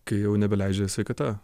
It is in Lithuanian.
kai jau nebeleidžia sveikata